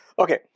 Okay